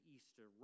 Easter